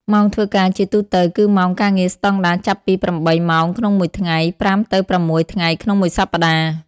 ម៉ោងធ្វើការជាទូទៅ គឺម៉ោងការងារស្តង់ដារចាប់ពី ៨ ម៉ោងក្នុងមួយថ្ងៃ ៥ទៅ៦ ថ្ងៃក្នុងមួយសប្តាហ៍។